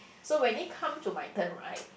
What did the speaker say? so when it comes to my turn right